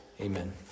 Amen